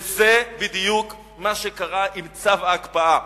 וזה בדיוק מה שקרה עם צו ההקפאה.